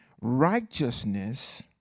righteousness